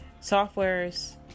softwares